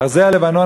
ארזי הלבנון,